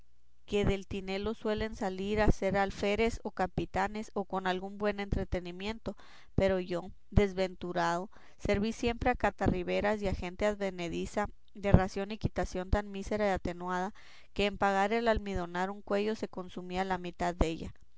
que del tinelo suelen salir a ser alférez o capitanes o con algún buen entretenimiento pero yo desventurado serví siempre a catarriberas y a gente advenediza de ración y quitación tan mísera y atenuada que en pagar el almidonar un cuello se consumía la mitad della